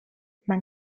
man